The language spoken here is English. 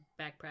backpack